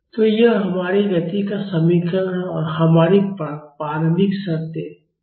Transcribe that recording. तो यह हमारी गति का समीकरण है और हमारी प्रारंभिक शर्तें हैं x ̇x